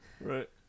Right